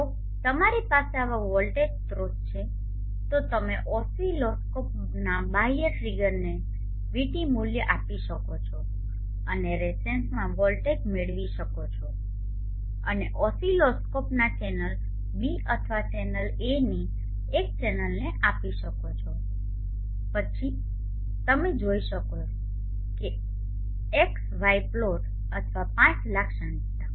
જો તમારી પાસે આવા વોલ્ટેજ સ્રોત છે તો તમે ઓસિલોસ્કોપના બાહ્ય ટ્રિગરને VT મૂલ્ય આપી શકો છો અને રેસેન્સમાં વોલ્ટેજ મેળવી શકો છો અને ઓસિલોસ્કોપના ચેનલ B અથવા ચેનલ Aની એક ચેનલને આપી શકો છો પછી તમે જોઈ શકો છો XY પ્લોટ અથવા IV લાક્ષણિકતા